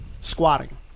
squatting